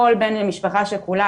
כל בן למשפחה שכולה,